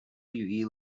wwe